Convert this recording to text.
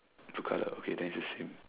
colour okay then it is the same